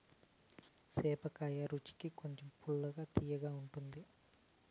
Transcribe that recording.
సేపకాయ రుచికి కొంచెం పుల్లగా, తియ్యగా ఉంటాది